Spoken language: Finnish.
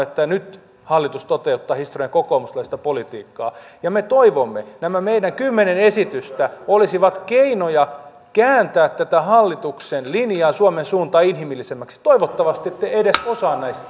että nyt hallitus toteuttaa historian kokoomuslaisinta politiikkaa me toivomme että nämä meidän kymmenen esitystä olisivat keinoja kääntää tätä hallituksen linjaa suomen suuntaa inhimillisemmäksi toivottavasti te edes osaan näistä